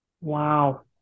Wow